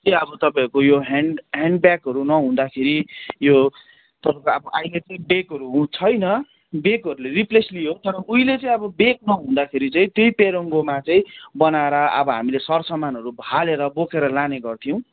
चाहिँ तपाईँको यो ह्यान्ड ह्यान्ड ब्यागहरू नहुँदाखेरि यो तपाईँको अब अहिले चाहिँ ब्यागहरू हु छैन ब्यागहरूले रिप्लेस लियो तर उहिले चाहिँ अब ब्याग नहुँदाखेरि चाहिँ त्यै पेरुङ्गोमा चाहिँ बनाएर अब हामीले सर समानहरू हालेर बोकेर लानेगर्थ्यौँ